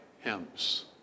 hymns